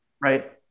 Right